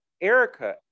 Erica